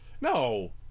No